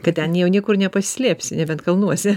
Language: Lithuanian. kad ten jau niekur nepasislėpsi nebent kalnuose